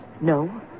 No